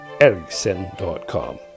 Ericsson.com